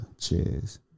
Cheers